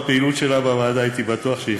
הפעילה ותיקנה עיוותים של עשרות שנים,